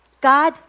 God